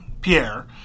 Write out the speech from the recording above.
Pierre